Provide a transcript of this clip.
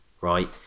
right